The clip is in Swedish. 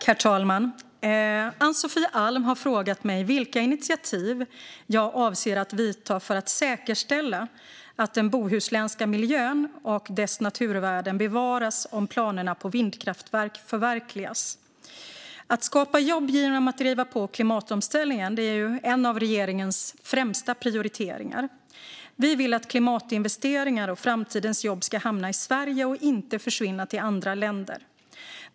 Herr talman! Ann-Sofie Alm har frågat mig vilka initiativ jag avser att vidta för att säkerställa att den bohuslänska miljön och dess naturvärden bevaras om planerna på vindkraftverk förverkligas. Att skapa jobb genom att driva på klimatomställningen är en av regeringens främsta prioriteringar. Vi vill att klimatinvesteringar och framtidens jobb ska hamna i Sverige och inte försvinna till andra länder.